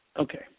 Okay